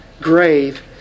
grave